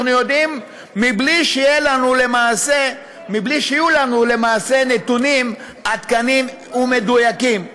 בלי שיהיו לנו למעשה נתונים עדכניים ומדויקים,